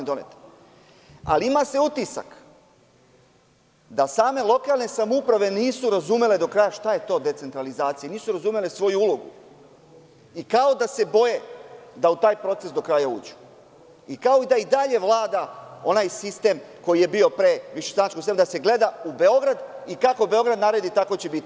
Ali, ima se utisak da same lokalne samouprave nisu razumele do kraja šta je to decentralizacija, nisu razumele svoju ulogu i kao da se boje da u taj proces do kraja uđu i kao da i dalje vlada onaj sistem koji je bio pre višestranačja u Srbiji, da se gleda u Beograd i kako Beograd naredi, tako će biti.